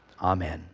Amen